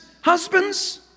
Husbands